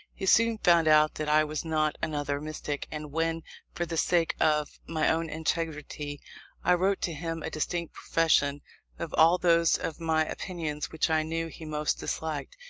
he soon found out that i was not another mystic, and when for the sake of my own integrity i wrote to him a distinct profession of all those of my opinions which i knew he most disliked,